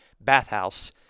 bathhouse